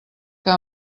que